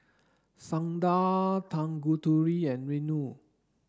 Sundar Tanguturi and Renu